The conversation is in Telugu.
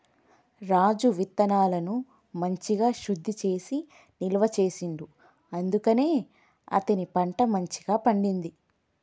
రాజు విత్తనాలను మంచిగ శుద్ధి చేసి నిల్వ చేసిండు అందుకనే అతని పంట మంచిగ పండింది